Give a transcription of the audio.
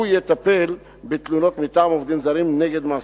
הוא יטפל בתלונות מטעם עובדים זרים נגד מעסיקים,